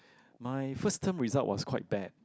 my first term result was quite bad